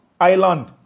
Island